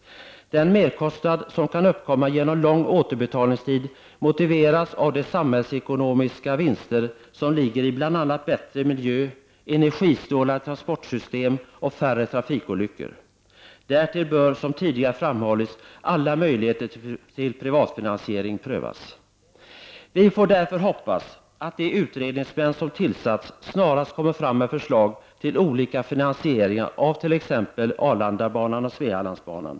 Den merkostnad som kan uppkomma genom lång återbetalningstid motiveras av de samhällsekonomiska vinster som ligger i bl.a. bättre miljö, energisnålare transportsystem och färre trafikolyckor. Därtill bör som tidigare framhållits alla möjligheter till privatfinansiering prövas. Vi får därför hoppas att de utredningsmän som tillsatts snarast kommer fram med förslag till olika finansieringar av t.ex. Arlandabanan och Svealandsbanan.